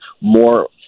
more